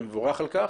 ומבורך על כך,